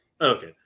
Okay